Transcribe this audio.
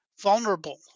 vulnerable